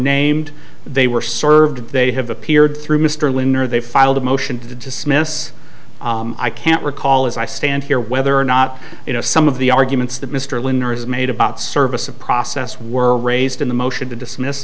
named they were served they have appeared through mr lynn or they filed a motion to dismiss i can't recall as i stand here whether or not you know some of the arguments that mr linda has made about service a process were raised in the motion to dismiss